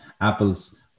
Apple's